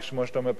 פיקוח נפש,